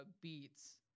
Beats